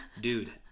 dude